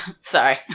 Sorry